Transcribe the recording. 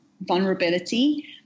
vulnerability